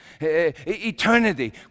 Eternity